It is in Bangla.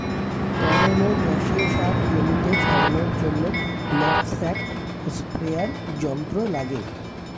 তরল ও গ্যাসীয় সার জমিতে ছড়ানোর জন্য ন্যাপস্যাক স্প্রেয়ার যন্ত্র লাগে